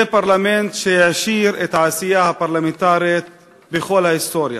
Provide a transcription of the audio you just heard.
זה פרלמנט שהעשיר את העשייה הפרלמנטרית בכל ההיסטוריה.